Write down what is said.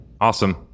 Awesome